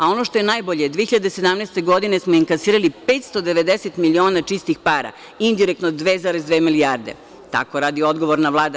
Ono što je najbolje, 2017. godine smo inkasirali 550 miliona čistih para, indirektno, 2,2 milijarde i tako radi odgovorna Vlada.